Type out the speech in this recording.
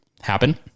happen